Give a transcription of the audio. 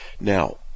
Now